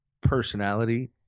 personality